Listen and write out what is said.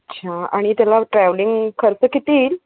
अच्छा आणि त्याला ट्रॅव्हलिंग खर्च किती येईल